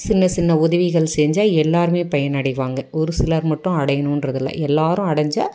சின்ன சின்ன உதவிகள் செஞ்சால் எல்லாருமே பயனடைவாங்க ஒரு சிலர் மட்டும் அடையணும்றது இல்லை எல்லாரும் அடைஞ்சால்